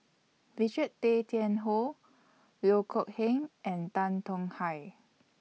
Richard Tay Tian Hoe Loh Kok Heng and Tan Tong Hye